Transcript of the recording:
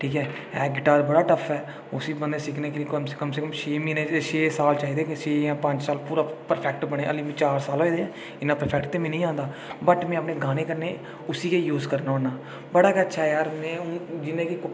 ठीक ऐ ऐ गिटार बड़ा टफ ऐ उसी बंदे गी सिक्खने लेई कम से कम छे म्हीने छे साल चाहिदे छे जां पंज साल चाहिदे पूरा परफैक्ट बनै जेल्लै मिगी चार साल होए इ'न्ना परफैक्ट ते मी निं आंदा बट में अपने गाने कन्नै उसी गै यूज़ करना होना बड़ा गै अच्छा यार में हू'न में